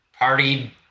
partied